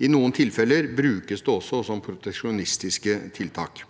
I noen tilfeller brukes det også som proteksjonistiske tiltak.